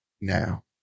Now